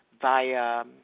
via